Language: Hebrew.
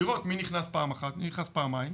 לראות מי נכנס פעם אחת, מי נכנס פעמיים.